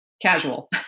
casual